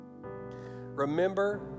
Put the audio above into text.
Remember